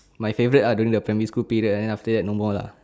my favourite ah during the primary school period then after that no more lah